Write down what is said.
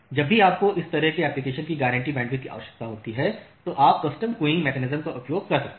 जब भी आपको इस तरह के एप्लिकेशन की गारंटी बैंडविड्थ की आवश्यकता होती है तो आप कस्टम क्वींग मैकेनिज्म का उपयोग कर सकते हैं